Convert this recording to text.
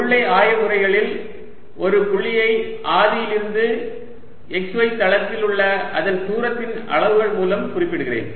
உருளை ஆய முறைகளில் ஒரு புள்ளியை ஆதியிலிருந்து xy தளத்தில் உள்ள அதன் தூரத்தின் அளவுகள் மூலம் குறிப்பிடுகிறேன்